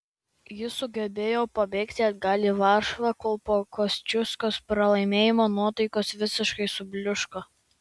jis sugebėjo pabėgti atgal į varšuvą kur po kosciuškos pralaimėjimo nuotaikos visiškai subliūško